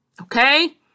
okay